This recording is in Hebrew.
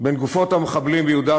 עניין גופות המחבלים ביהודה,